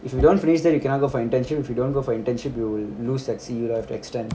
if you don't finish then you cannot go for internship if you don't go for internship you will lose that ce~ you have to extend